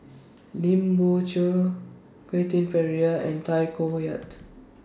Lim Biow Chuan Quentin Pereira and Tay Koh Yat